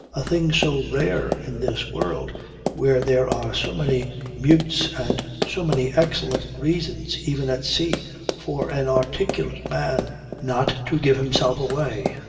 a thing so rare in this world where there are so many mutes and so many excellent reasons even at sea for an articulate man not to give himself away,